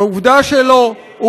היא הצליחה, היא הצליחה.